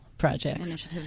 Projects